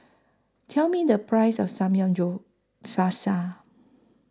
Tell Me The Price of Samgyeopsal